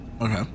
Okay